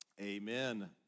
Amen